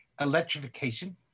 electrification